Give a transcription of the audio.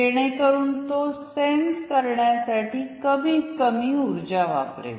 जेणेकरून तो सेन्स करण्यासाठी कमीत कमी ऊर्जा वापरेल